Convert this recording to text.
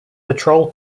patrol